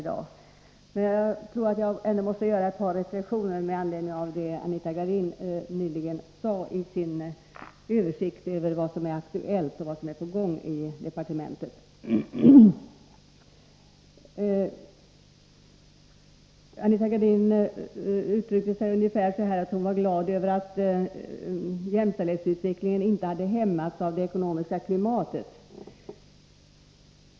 Jag tror emellertid att jag först måste göra ett par reflexioner med anledning av det som Anita Gradin nyligen sade i sin översikt över vad som är aktuellt och vad som är på gång i departementet. Anita Gradin uttryckte sig ungefär så här: Jag är glad över att jämställdhetsutvecklingen inte har hämmats av det ekonomiska klimatet.